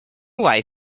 away